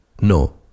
No